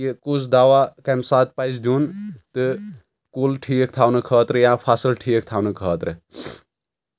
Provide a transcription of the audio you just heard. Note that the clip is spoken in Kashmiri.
کہِ کُس دوا کمہِ ساتہٕ پزِ دیُن تہٕ کُل ٹھیٖک تھاونہٕ خٲطرٕ یا فصٕل ٹھیٖک تھاونہٕ خٲطرٕ